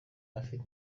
afite